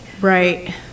Right